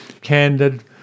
candid